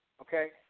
okay